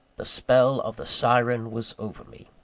the spell of the syren was over me.